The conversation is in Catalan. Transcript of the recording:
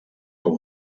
com